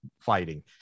fighting